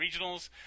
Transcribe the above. Regionals